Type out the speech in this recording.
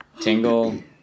Tingle